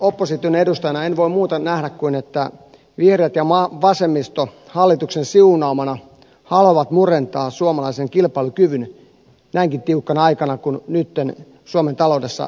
opposition edustajana en voi muuta nähdä kuin että vihreät ja vasemmisto hallituksen siunaamana haluavat murentaa suomalaisen kilpailukyvyn näinkin tiukkana aikana kuin nytten suomen taloudessa eletään